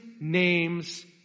name's